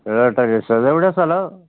Pettah junction ഇത് എവിടെയാണ് സ്ഥലം